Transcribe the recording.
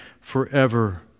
forever